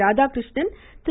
Radhakrishnan Thiru